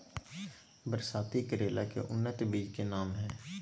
बरसाती करेला के उन्नत बिज के नाम की हैय?